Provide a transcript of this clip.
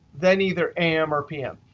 then either am or pm.